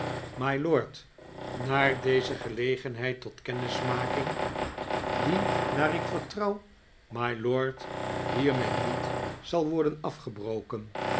mylord over deze gelegenheid tot een kennismaking die naar ik vertrouw mylord hiermee niet zal worden afgebroken